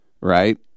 right